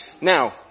Now